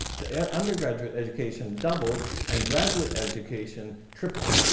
yeah undergraduate education doubled and graduate education tripled.